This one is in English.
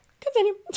Continue